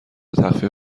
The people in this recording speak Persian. تخفیف